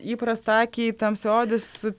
įprasta akiai tamsiaodis su